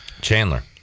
Chandler